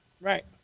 Right